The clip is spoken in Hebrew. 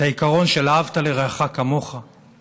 את העיקרון של "אהבת לרעך כמוך";